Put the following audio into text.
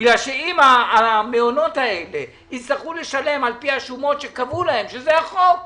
מפני שאם המעונות האלה הצטרכו לשלם על-פי השומות שקבעו להם שזה החוק,